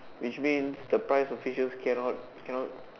which means the price of fishes cannot cannot